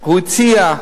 הוא הציע,